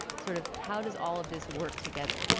sort of how does all of this work together?